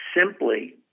Simply